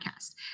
podcast